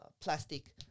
plastic